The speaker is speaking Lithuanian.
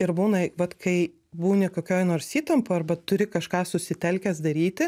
ir būna vat kai būni kokioj nors įtampoj arba turi kažką susitelkęs daryti